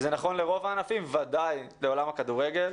זה נכון לרוב הענפים, בוודאי לעולם הכדורגל.